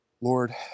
Lord